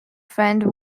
friend